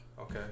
okay